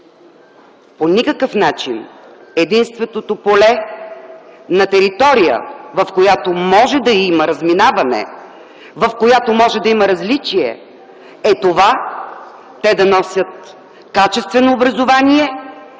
По никакъв начин. Единственото поле на територия, в която може да има разминаване, в която може да има различие, е това те да носят качествено образование